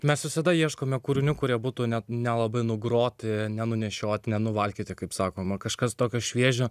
mes visada ieškome kūrinių kurie būtų net nelabai nugroti nenunešioti nenuvalkioti kaip sakoma kažkas tokio šviežio